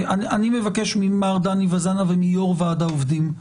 מבקש ממר דני וזאנה ומיו"ר ועד העובדים,